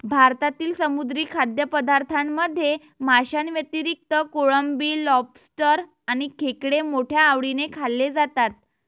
भारतातील समुद्री खाद्यपदार्थांमध्ये माशांव्यतिरिक्त कोळंबी, लॉबस्टर आणि खेकडे मोठ्या आवडीने खाल्ले जातात